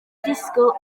disgwyl